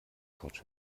couch